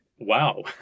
Wow